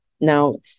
Now